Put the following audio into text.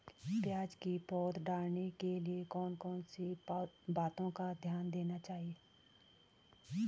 प्याज़ की पौध डालने के लिए कौन कौन सी बातों का ध्यान देना चाहिए?